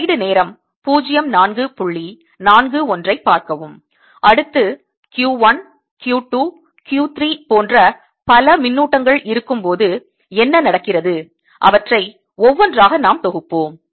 அடுத்து Q 1 Q 2 Q 3 போன்ற பல மின்னூட்டங்கள் இருக்கும்போது என்ன நடக்கிறது அவற்றை ஒவ்வொன்றாக நாம் தொகுப்போம்